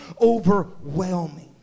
overwhelming